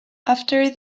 after